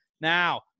Now